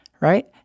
right